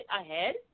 ahead